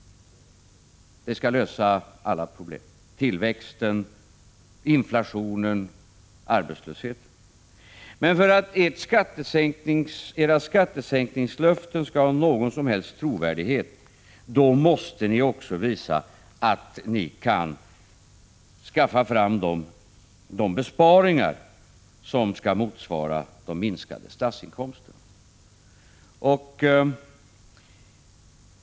De skall lösa alla problem: tillväxten, inflationen och arbetslösheten. Men för att era skattesänkningslöften skall ha någon som helst trovärdighet, måste ni visa att ni kan åstadkomma besparingar som motsvarar de minskade statsinkomsterna.